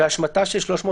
ומה עם ההשמטה של 356(3)?